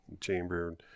chamber